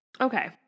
Okay